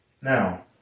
Now